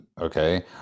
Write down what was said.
okay